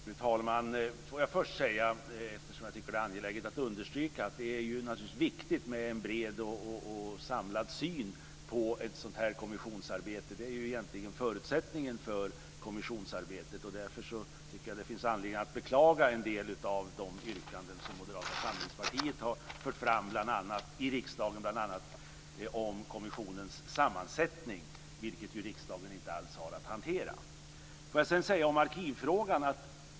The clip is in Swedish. Fru talman! Jag vill först säga att det naturligtvis är angeläget med en bred och samlad syn på ett sådant här kommissionsarbete. Det är egentligen förutsättningen för kommissionsarbetet. Därför finns det anledning att beklaga en del av de yrkanden som Moderata samlingspartiet har fört fram i riksdagen bl.a. om kommissionens sammansättning, vilket riksdagen inte alls har att hantera. Sedan vill jag säga något om arkivfrågan.